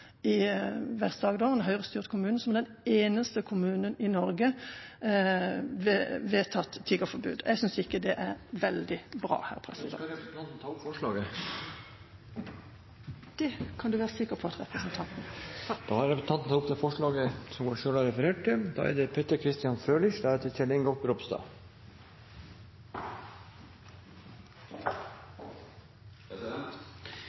i Aust-Agder – en Høyre-styrt kommune – har som den eneste kommunen i Norge vedtatt tiggeforbudet. Jeg synes ikke det er veldig bra. Ønsker representanten å ta opp forslaget? Ja, det kan presidenten være sikker på at representanten gjør. Representanten Kari Henriksen har da tatt opp det forslaget